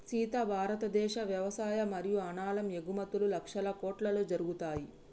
సీత భారతదేశ వ్యవసాయ మరియు అనాలం ఎగుమతుం లక్షల కోట్లలో జరుగుతాయి